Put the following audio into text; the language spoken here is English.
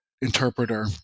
interpreter